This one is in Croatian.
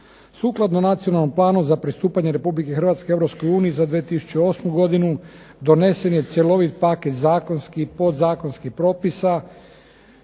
Sukladno Nacionalnom planu za pristupanje Republike Hrvatske Europskoj uniji za 2008. godinu donesen je cjeloviti paket zakonskih i podzakonskih propisa